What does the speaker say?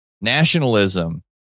nationalism